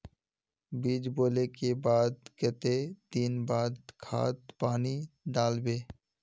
बीज बोले के बाद केते दिन बाद खाद पानी दाल वे?